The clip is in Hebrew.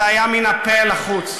זה היה מן הפה ולחוץ.